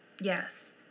Yes